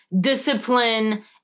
discipline